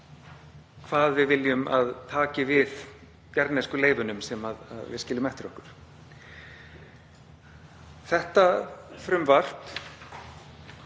hvað við viljum að taki við jarðnesku leifunum sem við skiljum eftir okkur. Þetta frumvarp